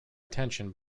attention